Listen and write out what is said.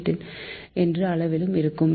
85 என்ற அளவிலும் இருக்கும்